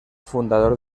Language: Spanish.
fundador